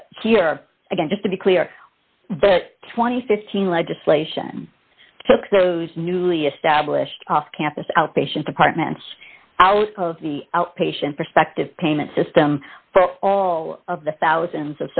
but here again just to be clear the two thousand and fifteen legislation took those newly established off campus outpatient departments out of the outpatient perspective payment system for all of the thousands